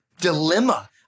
dilemma